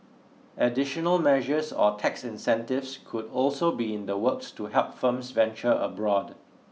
additional measures or tax incentives could also be in the works to help firms venture abroad